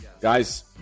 Guys